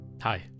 Hi